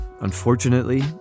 Unfortunately